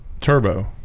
turbo